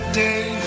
day